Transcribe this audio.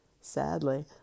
sadly